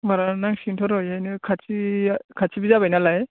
होमबाना नांसिगोनथ' र' बेहायनो खाथिया खाथिबो जाबाय नालाय